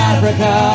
Africa